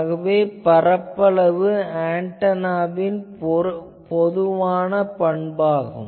ஆகவே இது பரப்பளவு ஆன்டெனாவின் பொதுவான பண்பாகும்